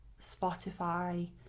Spotify